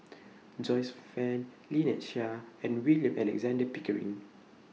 Joyce fan Lynnette Seah and William Alexander Pickering